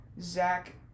Zach